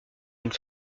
une